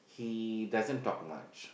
he doesn't talk much